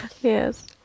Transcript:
Yes